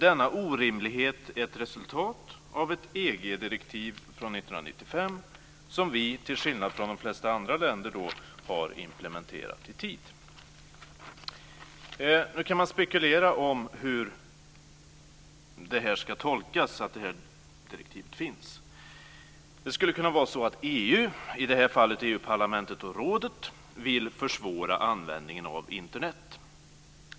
Denna orimlighet är ett resultat av ett EG-direktiv från 1995 som vi, till skillnad från de flesta andra länder, har implementerat i tid. Man kan spekulera om hur man ska tolka att det här direktivet finns. Det skulle kunna vara så att EU, i det här fallet EU-parlamentet och rådet, vill försvåra användningen av Internet.